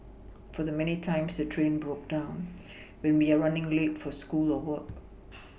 for the many times the train broke down when we are running late for school or work